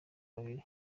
babiri